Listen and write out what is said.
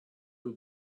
you